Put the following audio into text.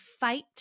fight